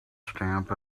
stamp